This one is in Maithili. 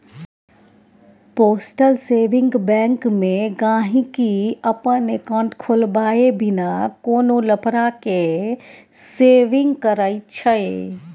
पोस्टल सेविंग बैंक मे गांहिकी अपन एकांउट खोलबाए बिना कोनो लफड़ा केँ सेविंग करय छै